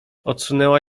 odsunęła